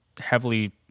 heavily